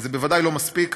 זה בוודאי לא מספיק.